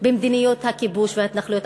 במדיניות הכיבוש וההתנחלויות?